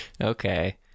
okay